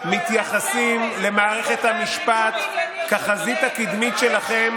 מתייחסים למערכת המשפט כחזית הקדמית שלכם,